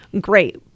Great